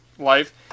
life